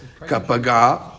kapaga